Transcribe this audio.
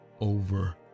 over